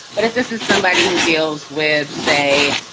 but if this is somebody who deals with, say,